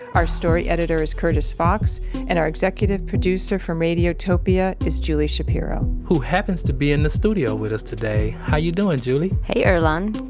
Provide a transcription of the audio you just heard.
our story editor is curtis fox and our executive producer from radiotopia is julie shapiro who happens to be in the studio with us today how you doing, julie? hey, earlonne.